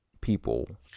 people